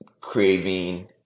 craving